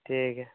ᱴᱷᱤᱠ ᱜᱮᱭᱟ